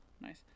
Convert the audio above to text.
nice